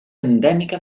endèmica